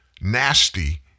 Nasty